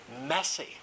messy